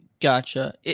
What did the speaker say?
Gotcha